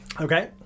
Okay